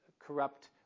corrupt